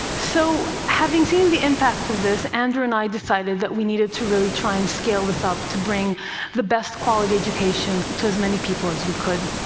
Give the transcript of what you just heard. so, having seen the impact of this, andrew and i decided that we needed to really try and scale this up, to bring the best quality education to as many people as we could.